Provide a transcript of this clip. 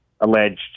alleged